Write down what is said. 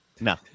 no